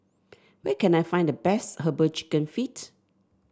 where can I find the best herbal chicken feet